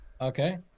Okay